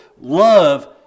love